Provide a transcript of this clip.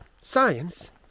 science